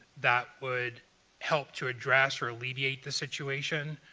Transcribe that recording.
that would help to address or alleviate the situation,